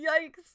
yikes